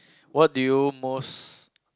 what do you most